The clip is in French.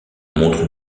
montre